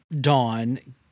Dawn